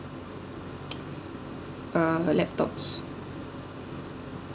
uh laptops